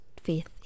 faith